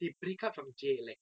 they break out from jail like